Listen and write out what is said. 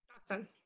Awesome